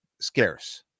scarce